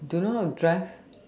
don't know how to drive